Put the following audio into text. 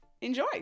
enjoy